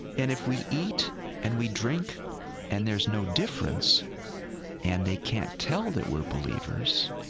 and if we eat and we drink and there's no difference and they can't tell that we're believers,